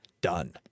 done